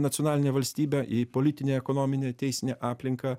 nacionalinę valstybę į politinę ekonominę teisinę aplinką